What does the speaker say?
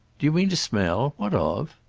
do you mean a smell? what of?